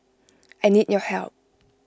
I need your help